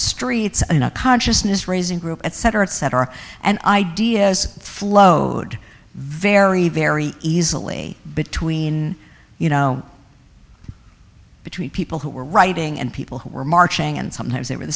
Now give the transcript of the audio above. streets in a consciousness raising group etc etc and ideas flowed very very easily between you know between people who were writing and people who were marching and sometimes they were the